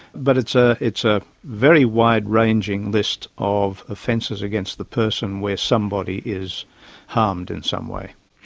but it's ah it's a very wide-ranging list of offences against the person where somebody is harmed in some way.